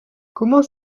comment